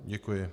Děkuji.